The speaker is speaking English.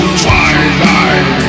twilight